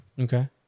Okay